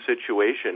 situation